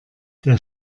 der